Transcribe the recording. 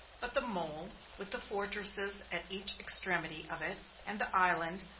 but the mole, with the fortresses at each extremity of it, and the island,